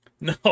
No